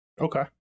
Okay